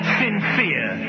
sincere